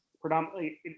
predominantly